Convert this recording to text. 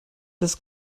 des